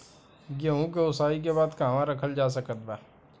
गेहूँ के ओसाई के बाद कहवा रखल जा सकत बा?